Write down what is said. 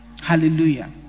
hallelujah